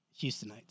Houstonites